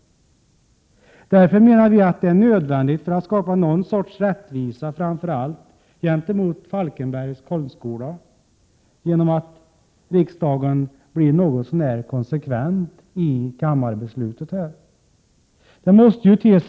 För att skapa någon sorts rättvisa, framför allt gentemot Falkenbergs konstskola, menar vi att det därför är nödvändigt att riksdagens beslut här blir någorlunda konsekvent.